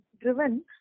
driven